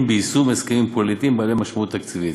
ביישום הסכמים פוליטיים בעלי משמעות תקציבית.